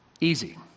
Easy